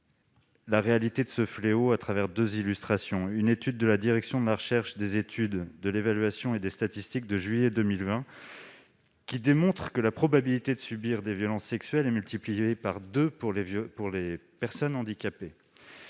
la réalité de ce fléau à travers deux illustrations. Une étude de la direction de la recherche, des études, de l'évaluation et des statistiques de juillet 2020 démontre que la probabilité de subir des violences sexuelles est multipliée par deux pour les personnes handicapées.